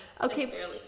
Okay